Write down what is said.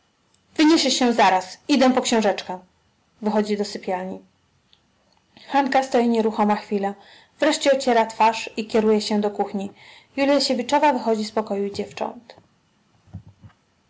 się zaraz idę po książeczkę wychodzi do sypialni hanka stoi nieruchoma chwilę wreszcie ociera twarz i kieruje się do kuchni juljasiewiczowa wychodzi z pokoju dziewcząt